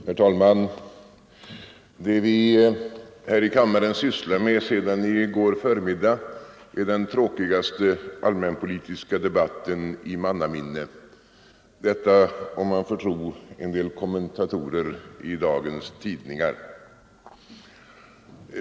Herr talman! Det vi här i kammaren sysslar med sedan i går förmiddag är den tråkigaste allmänpolitiska debatten i mannaminne. Detta om man får tro en del kommentatorer i dagens tidningar.